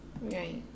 Right